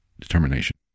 determination